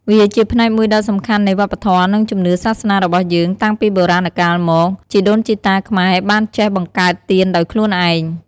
វាជាផ្នែកមួយដ៏សំខាន់នៃវប្បធម៌ និងជំនឿសាសនារបស់យើង តាំងពីបុរាណកាលមក ជីដូនជីតាខ្មែរបានចេះបង្កើតទៀនដោយខ្លួនឯង។